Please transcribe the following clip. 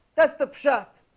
that's the shot,